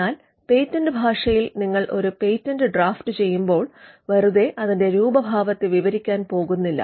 എന്നാൽ പേറ്റന്റ് ഭാഷയിൽ നിങ്ങൾ ഒരു പേറ്റന്റ് ഡ്രാഫ്റ്റുചെയ്യുമ്പോൾ വെറുതെ അതിന്റെ രൂപഭാവത്തെ വിവരിക്കാൻ പോകുന്നില്ല